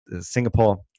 Singapore